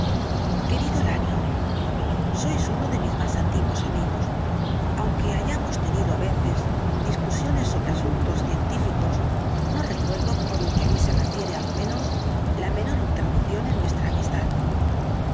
querido lanyón sois uno de mis más antiguos amigos aunque hayamos tenido á veces discusiones sobre asuntos cienrelación del dr lanyón tíficos no recuerdo por lo que á mí se refiere á lo menos la menor interrupción en nuestra amistad